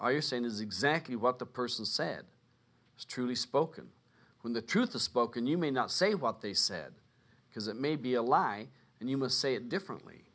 are you saying is exactly what the person said is true spoken when the truth are spoken you may not say what they said because it may be a lie and you must say it differently